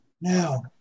Now